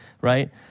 right